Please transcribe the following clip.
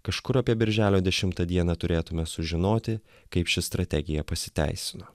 kažkur apie birželio dešimtą dieną turėtume sužinoti kaip ši strategija pasiteisino